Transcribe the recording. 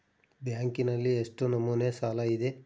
ಬ್ಯಾಂಕಿನಲ್ಲಿ ಎಷ್ಟು ನಮೂನೆ ಸಾಲ ಇದೆ?